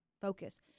focus